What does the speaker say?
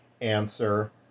answer